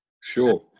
Sure